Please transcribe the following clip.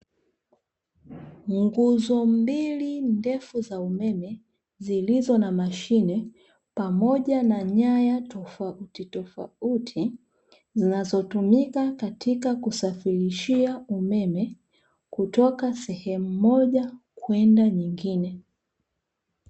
Nguzo mbili ndefu za umeme zilizo na mashine pamoja na nyaya tofautitofauti, zinazotumika katika kusafirishia umeme kutoka sehemu moja kwenda nyingine.